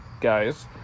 guys